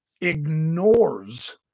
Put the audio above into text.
ignores